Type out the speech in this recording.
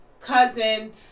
cousin